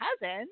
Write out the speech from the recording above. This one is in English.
cousin